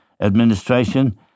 administration